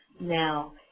Now